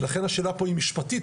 ולכן השאלה פה היא משפטית,